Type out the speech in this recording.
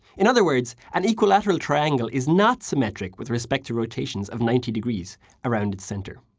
in other words, an equilateral triangle is not symmetric with respect to rotations of ninety degrees around its center.